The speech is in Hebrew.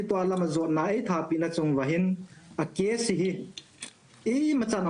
לכן עכשיו אני מבקש תעזרו לי שיהיה צדק,